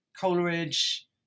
Coleridge